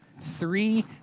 Three